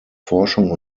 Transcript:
forschung